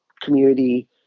community